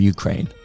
Ukraine